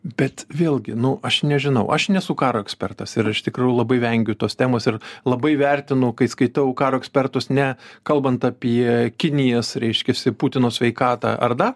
bet vėlgi nu aš nežinau aš nesu karo ekspertas ir iš tikrųjų labai vengiu tos temos ir labai vertinu kai skaitau karo ekspertus ne kalbant apie kinijas reiškiasi putino sveikatą ar da